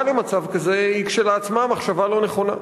למצב כזה היא כשלעצמה מחשבה לא נכונה.